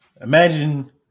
Imagine